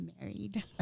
married